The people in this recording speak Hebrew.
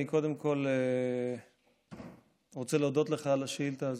אני קודם כול רוצה להודות לך על השאילתה הזאת.